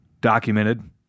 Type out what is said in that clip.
documented